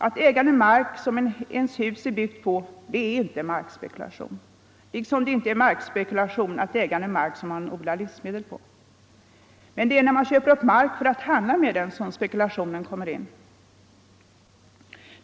Att äga den mark som ens hus är byggt på är ej markspekulation, liksom det inte är markspekulation att äga mark som man odlar livsmedel på. Det är när man köper upp mark för att handla med den som spekulation kommer in.